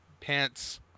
Pants